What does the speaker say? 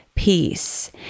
Peace